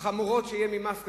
החמורות שיהיו ממס כזה.